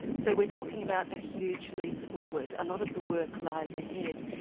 so we're talking about a huge leap forward. a lot of the work lies ahead.